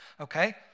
Okay